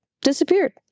disappeared